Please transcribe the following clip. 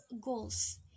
goals